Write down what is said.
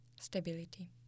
Stability